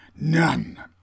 None